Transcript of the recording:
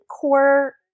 core